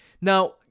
Now